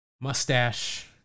mustache